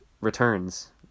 returns